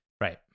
Right